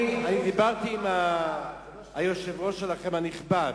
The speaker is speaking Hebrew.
אני דיברתי עם היושב-ראש הנכבד